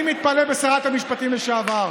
אני מתפלא על שרת המשפטים לשעבר,